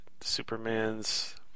Superman's